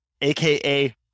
AKA